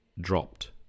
dropped